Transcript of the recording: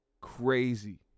crazy